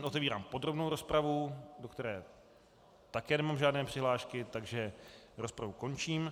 Otevírám podrobnou rozpravu, do které také nemám žádné přihlášky, takže rozpravu končím.